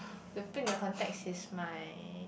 to put into context he is my